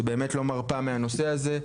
שבאמת לא מרפה מהנושא הזה.